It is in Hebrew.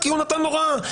כי הוא נתן הוראה.